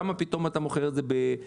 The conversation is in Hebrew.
למה פתאום אתה מוכר את זה ב-60%?